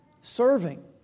serving